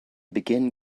begin